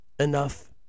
enough